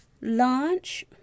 launch